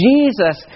Jesus